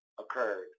occurred